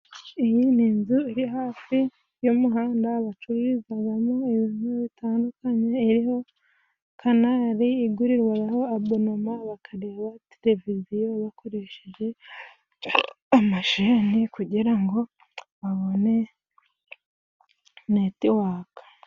Iyi ni inzu iri hafi y'umuhanda bacururizagamo ibintu bitandukanye ,iriho kanali igurieho abonema bakareba televiziyo bakoresheje amasheni kugira ngo babone netiwaka.